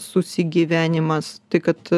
susigyvenimas tai kad